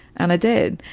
and i did.